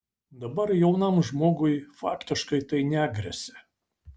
dabar jaunam žmogui faktiškai tai negresia